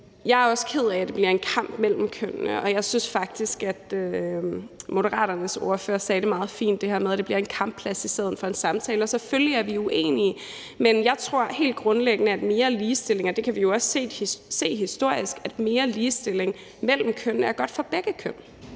Jeg er også ked af, at det bliver en kamp mellem kønnene, og jeg synes faktisk, at Moderaternes ordfører sagde det meget fint: at det bliver en kampplads i stedet for en samtale. Selvfølgelig er vi uenige, men jeg tror helt grundlæggende, at mere ligestilling – og det kan vi også se historisk – mellem køn er godt for begge køn.